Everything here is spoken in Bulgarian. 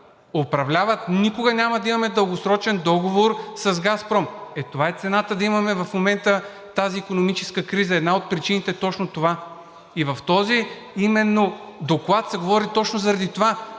управляват, никога няма да имаме дългосрочен договор с „Газпром“. Е, това е цената да имаме в момента тази икономическа криза, една от причините е точно това. В този именно доклад се говори точно това,